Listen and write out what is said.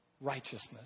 righteousness